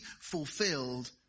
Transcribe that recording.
fulfilled